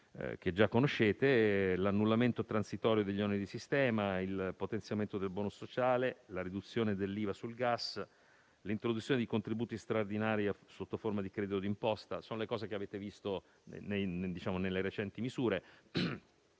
Ricordo inoltre l'annullamento transitorio degli oneri di sistema, il potenziamento del *bonus* sociale, la riduzione dell'IVA sul gas e l'introduzione di contributi straordinari sotto forma di credito d'imposta: sono le cose che avete visto nelle recenti misure.